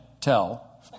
tell